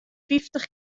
fyftich